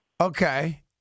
Okay